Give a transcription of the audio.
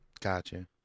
gotcha